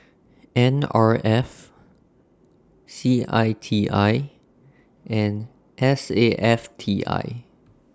N R F C I T I and S A F T I